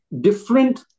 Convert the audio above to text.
different